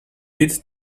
bit